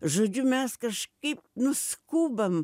žodžiu mes kažkaip nu skubam